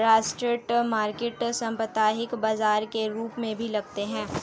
street market साप्ताहिक बाजार के रूप में भी लगते हैं